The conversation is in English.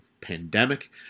pandemic